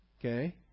Okay